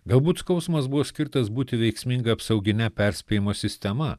galbūt skausmas buvo skirtas būti veiksminga apsaugine perspėjimo sistema